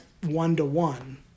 one-to-one